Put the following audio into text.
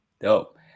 Dope